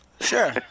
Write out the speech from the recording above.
Sure